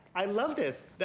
i love this.